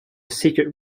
secret